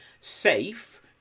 safe